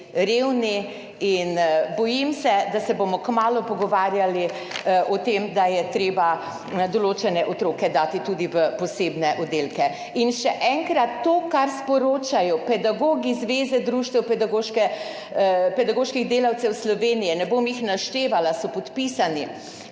in bojim se, da se bomo kmalu pogovarjali o tem, da je treba določene otroke dati tudi v posebne oddelke. In še enkrat, to kar sporočajo pedagogi Zveze društev pedagoških delavcev Slovenije, ne bom jih naštevala, so podpisani: